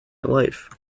life